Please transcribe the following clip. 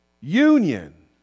union